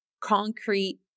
concrete